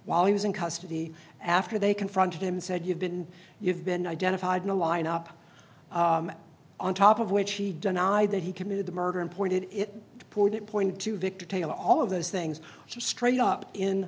while he was in custody after they confronted him and said you've been you've been identified in a lineup on top of which he denied that he committed the murder and pointed it put it pointed to victor taylor all of those things straight up in